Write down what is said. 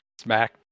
smack